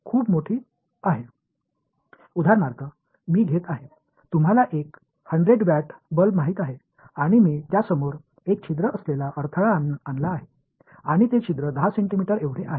उदाहरणार्थ मी घेत आहे तुम्हाला एक 100 वॅट बल्ब माहित आहे आणि मी त्यासमोर एक छिद्र असलेला अडथळा आणला आहे आणि ते छिद्र 10 सेंटीमीटर एवढे आहे